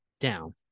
down